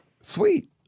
sweet